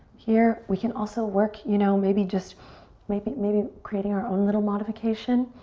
here, we can also work, you know, maybe, just maybe maybe creating our own little modification.